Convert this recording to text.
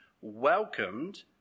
welcomed